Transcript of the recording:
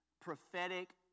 prophetic